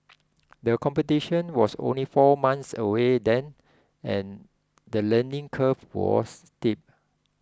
the competition was only four months away then and the learning curve was steep